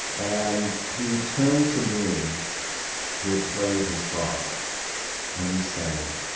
and he turned to me who had played his father and he said,